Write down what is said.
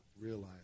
realize